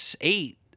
eight